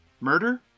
Murder